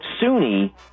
Sunni